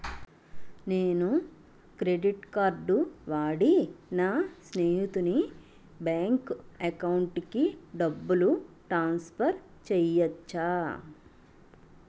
నేను credit card వాడి నా స్నేహితుని బ్యాంక్ అకౌంట్ కి డబ్బును ట్రాన్సఫర్ చేయచ్చా?